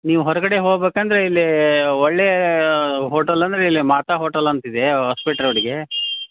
ನೀವು ಹೊರಗಡೆ ಹೋಗಬೇಕಂದ್ರೆ ಇಲ್ಲಿ ಒಳ್ಳೆಯ ಹೋಟಲ್ ಅಂದರೆ ಇಲ್ಲಿ ಮಾತಾ ಹೋಟಲ್ ಅಂತಿದೆ ಹೊಸಪೇಟೆ ರೋಡಿಗೆ